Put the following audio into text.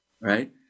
right